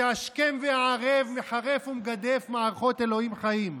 שהשכם והערב מחרף ומגדף מערכות אלוהים חיים.